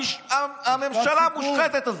הממשלה המושחתת הזאת.